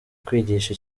kwigisha